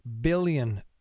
billion